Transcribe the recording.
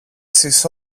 σεις